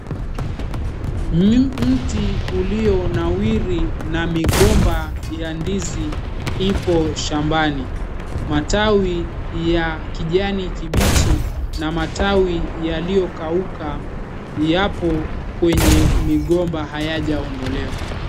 Mti ulionawiri na migomba ya ndizi ipo shambani. Matawi ya kijani kibichi na matawi yaliyokauka yapo kwenye migomba hayajaondolewa.